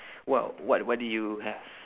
what what a~ what did you have